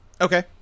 Okay